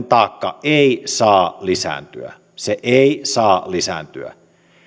taakka ei saa lisääntyä se ei saa lisääntyä